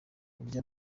kurya